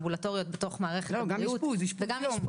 אמבולטוריות בתוך מערכת הבריאות וגם אשפוז יום.